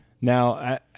Now